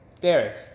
Derek